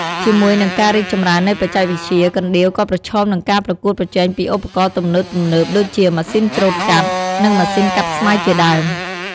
ជាមួយនឹងការរីកចម្រើននៃបច្ចេកវិទ្យា កណ្ដៀវក៏ប្រឈមនឹងការប្រកួតប្រជែងពីឧបករណ៍ទំនើបៗដូចជា ម៉ាស៊ីនច្រូតកាត់ និងម៉ាស៊ីនកាត់ស្មៅជាដើម។